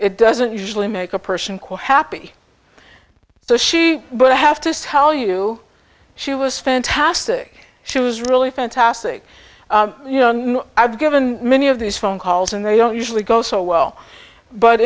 it doesn't usually make a person quote happy so she but i have to tell you she was fantastic she was really fantastic i've given many of these phone calls and they don't usually go so well but